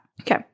Okay